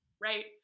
Right